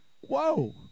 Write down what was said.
whoa